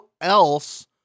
else